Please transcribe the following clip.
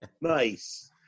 nice